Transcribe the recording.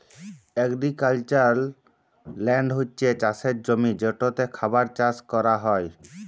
agricultural land হছে চাষের জমি যেটতে খাবার চাষ ক্যরা হ্যয়